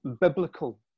biblical